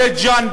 בית-ג'ן,